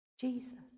Jesus